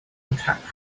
attack